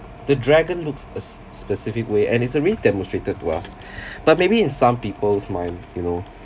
the dragon looks a specific way and it's already demonstrated to us but maybe in some people's mind you know